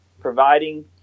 providing